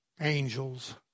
angels